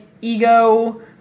ego